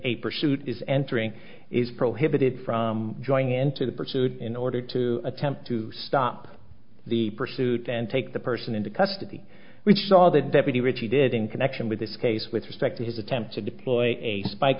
a pursuit is entering is prohibited from joining into the pursuit in order to attempt to stop the pursuit and take the person into custody which saw the deputy richie did in connection with this case with respect to his attempt to deploy a spike